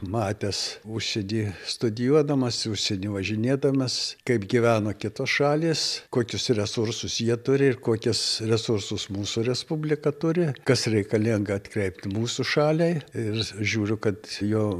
matęs užsieny studijuodamas užsieny važinėdamas kaip gyvena kitos šalys kokius resursus jie turi ir kokias resursus mūsų respublika turi kas reikalinga atkreipti mūsų šaliai ir žiūriu kad jo